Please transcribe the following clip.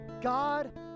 God